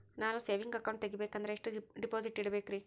ನಾನು saving account ತೆಗಿಬೇಕಂದರ ಎಷ್ಟು ಡಿಪಾಸಿಟ್ ಇಡಬೇಕ್ರಿ?